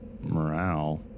morale